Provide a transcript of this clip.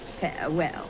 farewell